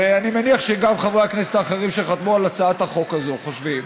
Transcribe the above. ואני מניח שגם חברי הכנסת האחרים שחתמו על הצעת החוק הזו חושבים,